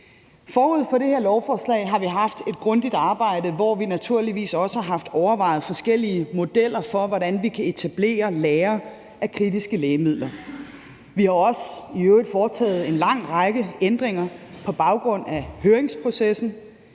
af det her lovforslag har vi haft et grundigt arbejde, hvor vi naturligvis også har haft overvejet forskellige modeller for, hvordan vi kan etablere lagre af kritiske lægemidler. Vi har i øvrigt også foretaget en lang række ændringer på baggrund af høringsprocessen,